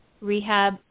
rehab